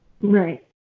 Right